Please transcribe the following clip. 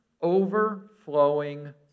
overflowing